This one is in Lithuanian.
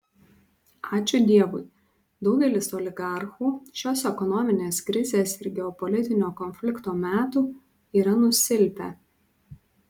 ačiū dievui daugelis oligarchų šios ekonominės krizės ir geopolitinio konflikto metų yra nusilpę